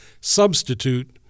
substitute